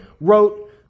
wrote